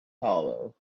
towel